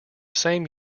same